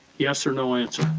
yes or no answer.